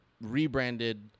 rebranded